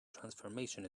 transformation